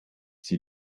sie